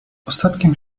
ostatkiem